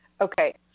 Okay